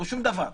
לא שום דבר.